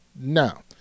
Now